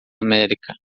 américa